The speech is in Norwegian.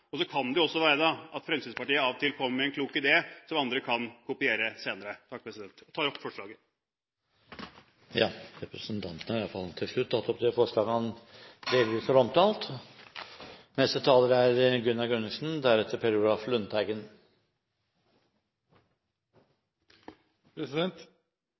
Og så kan det også være at Fremskrittspartiet av og til kommer med en klok idé, som andre kan kopiere senere. Jeg tar med dette opp forslaget fra Fremskrittspartiet. Representanten Christian Tybring-Gjedde har tatt opp det forslaget han